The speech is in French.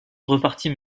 repartit